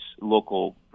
local